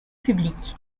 public